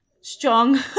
strong